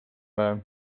päev